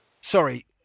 Sorry